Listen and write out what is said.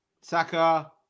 Saka